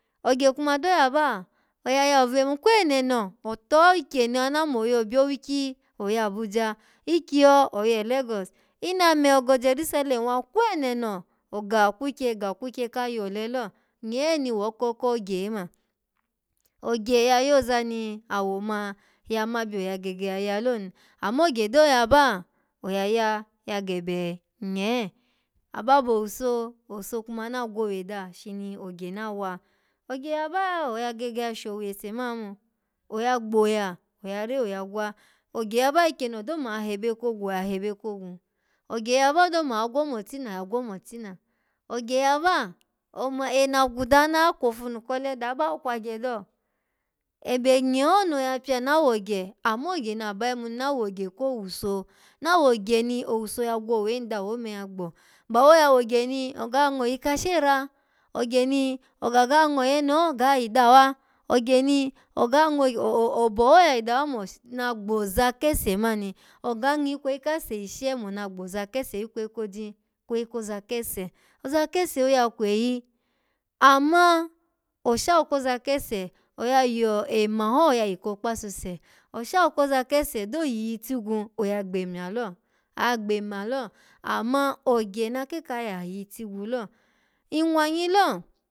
Ogye kuma do yaba, oya yawu vebe man-kweneno oto ikyeni ana mo yo obi, owukyi oya abuja, ikyiyo oyo lagos, iname ogo jerusalen wa, kweneno oga kwukye ga kwukye ka yole lo nye ni woko kogye oma ogye ya yoza nawo ma oya ma byo ya gege ya ya lo ni amma ogye do yaba oya ya ya gebe nye aba bo owuso, owuso kuma na gwowe daha shini ogye na wa ogye yaba yo oya gege ya showu ese man omo. Oya gboya oya re oya gwa ogye yaba ikyeni no do ma hebe kogwu oya hebe kogwu ogye yaba odo ma gwo maltina agwo maltina ogye yaba, omo-ena gwuda maltina ogye yaba, omo-ena gwuda ana wa kwofunu kole do, aba wa kwagye do ebe nye ho no ya pya na wogye, amma ogya naba yimu ni na wogye ko owuso na wogye ni owuso ya gwowe hin dawo ome ya gbo ba wai oya wogye ni oga ngo yi kashe ra, ogye ni ogaga ngoyene ho ga yi dawa, ogye ni oga ngo-o-oboho yayi dawa mo mo na gboza kese mani oga ngikweyi kase yi she mona gboza kese ikweyi koji? Ikweyi koza kese oza kese oya kweyi amma oshawu koza kese, oya yo-ema ho ya yi ko kpasuse oshawu koza kese odo yiyi tigwu oya gbemya lo-agbema lo amma ogye na ke ka yahiyi tigwu lo nnwanyi lo.